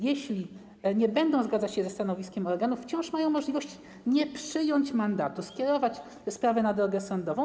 Jeśli nie będą zgadzać się ze stanowiskiem organów, to wciąż mają możliwość nieprzyjęcia mandatu i skierowania sprawy na drogę sądową.